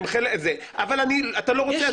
אבל אתה לא רוצה?